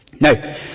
Now